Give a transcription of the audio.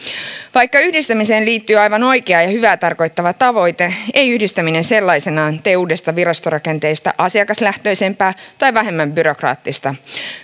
vaikka yhdistämiseen liittyy aivan oikea ja hyvää tarkoittava tavoite ei yhdistäminen sellaisenaan tee uudesta virastorakenteesta asiakaslähtöisempää tai vähemmän byrokraattista